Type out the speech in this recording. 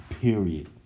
Period